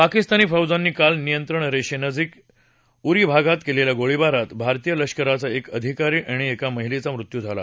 पाकिस्तानी फौजांनी काल नियंत्रण रेषेनजीक उरी भागात केलेल्या गोळीबारात भारतीय लष्कराचा एक अधिकारी आणि एका महिलेचा मृत्यू झाला